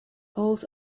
owls